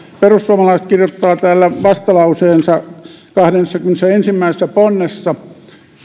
perussuomalaiset kirjoittavat täällä vastalauseensa kahdennessakymmenennessäensimmäisessä ponnessa